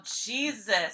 Jesus